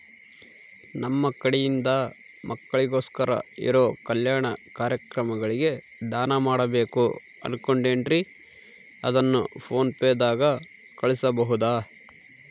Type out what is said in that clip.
ನಮ್ಮ ಕಡೆಯಿಂದ ಮಕ್ಕಳಿಗೋಸ್ಕರ ಇರೋ ಕಲ್ಯಾಣ ಕಾರ್ಯಕ್ರಮಗಳಿಗೆ ದಾನ ಮಾಡಬೇಕು ಅನುಕೊಂಡಿನ್ರೇ ಅದನ್ನು ಪೋನ್ ಪೇ ದಾಗ ಕಳುಹಿಸಬಹುದಾ?